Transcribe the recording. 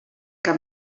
cap